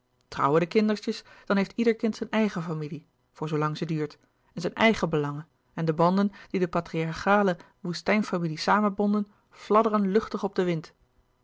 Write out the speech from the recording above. trouwen de kindertjes dan heeft ieder kind zijn eigen familie voor zoo lang ze duurt en zijn eigen belangen en de banden die de patriarchale louis couperus de boeken der kleine zielen woestijnfamilie samenbonden fladderen luchtig op den wind